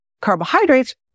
carbohydrates